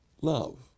love